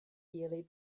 yearly